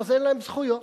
אז אין להם זכויות.